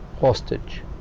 hostage